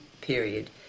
period